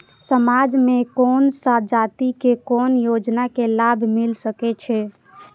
समाज में कोन सा जाति के कोन योजना के लाभ मिल सके छै?